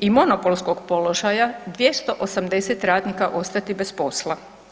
i monopolskog položaja 280 radnika ostati bez posla.